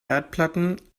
erdplatten